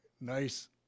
Nice